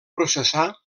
processar